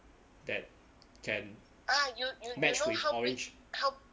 that can match with orange